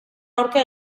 aurka